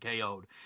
KO'd